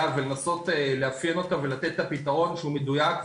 ולנסות לאפיין אותה ולתת לה פתרון שהוא מדויק,